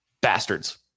bastards